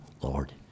Lord